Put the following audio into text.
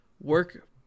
work